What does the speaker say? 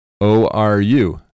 O-R-U